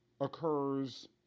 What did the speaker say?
occurs